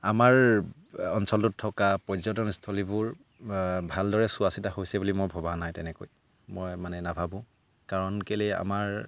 আমাৰ অঞ্চলটোত থকা পৰ্যটনস্থলীবোৰ ভালদৰে চোৱা চিতা হৈছে বুলি মই ভবা নাই তেনেকৈ মই মানে নাভাবোঁ কাৰণ কেলৈ আমাৰ